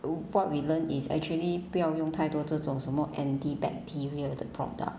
what we learn is actually 不要用太多这种什么 antibacterial 的 product